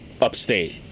Upstate